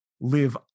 live